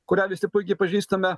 kurią visi puikiai pažįstame